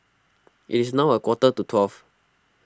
it is now a quarter to twelve